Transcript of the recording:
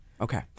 Okay